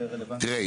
תראה,